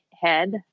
head